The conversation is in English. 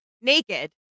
naked